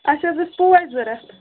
اَسہِ حظ ٲسۍ پوٚش ضروٗرت